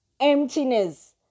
Emptiness